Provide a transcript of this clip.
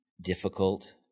difficult